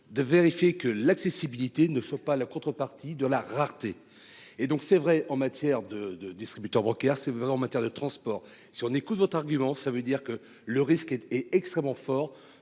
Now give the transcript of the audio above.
de vérifier que l'accessibilité ne soit pas la contrepartie de la rareté et donc c'est vrai en matière de de distributeurs bancaires ses valeurs en matière de transport. Si on écoute votre argument. Ça veut dire que le risque est extrêmement fort